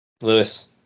Lewis